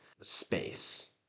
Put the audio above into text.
space